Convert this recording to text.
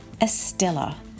Estella